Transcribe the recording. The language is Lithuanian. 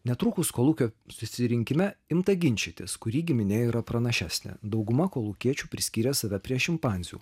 netrukus kolūkio susirinkime imta ginčytis kuri giminė yra pranašesnė dauguma kolūkiečių priskyrė save prie šimpanzių